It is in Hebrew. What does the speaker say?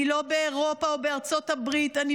אני לא באירופה או בארצות הברית, אני